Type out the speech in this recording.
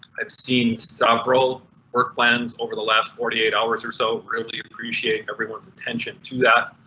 i've seen several work plans over the last forty eight hours or so really appreciate everyone's attention to that.